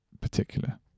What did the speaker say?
particular